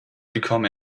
become